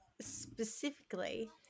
Specifically